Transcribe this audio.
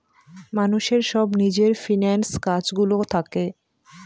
মানুষের সব নিজের ফিন্যান্স কাজ গুলো থাকে